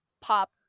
pop